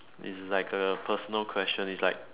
is like a personal question is like